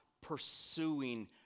pursuing